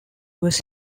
was